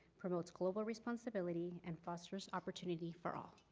promotes global responsibility, and fosters opportunity for all.